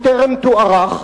והוא טרם תוארך.